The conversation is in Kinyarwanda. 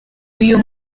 uyu